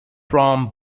from